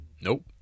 Nope